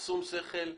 בשום שכל,